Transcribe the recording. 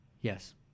Yes